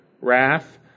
wrath